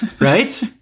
right